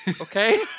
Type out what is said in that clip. okay